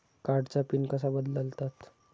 कार्डचा पिन कसा बदलतात?